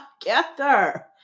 Together